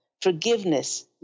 forgiveness